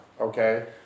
okay